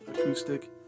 acoustic